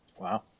Wow